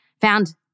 found